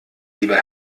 lieber